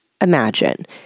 imagine